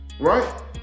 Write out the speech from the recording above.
right